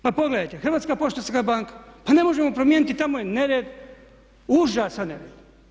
Pa pogledajte, Hrvatska poštanska banka pa ne možemo promijeniti, tamo je nered, užasan nered.